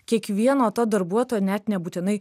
kiekvieno to darbuotojo net nebūtinai